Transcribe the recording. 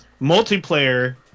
multiplayer